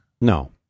No